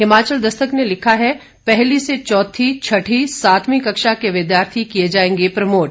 हिमाचल दस्तक ने लिखा है पहली से चौथी छठी सातवीं कक्षा के विद्यार्थी किए जाएंगे प्रमोट